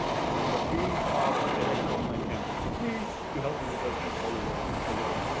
and being part of edx online campus for free to help universities all over the world.